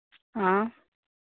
हाँ